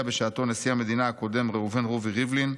בשעתו נשיא המדינה הקודם ראובן רובי ריבלין: